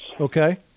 Okay